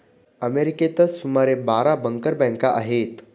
अमेरिकेतच सुमारे बारा बँकर बँका आहेत